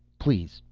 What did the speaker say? please,